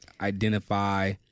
identify